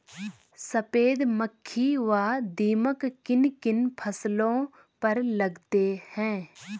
सफेद मक्खी व दीमक किन किन फसलों पर लगते हैं?